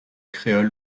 créole